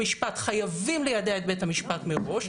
חייבים ליידע את בית המשפט מראש.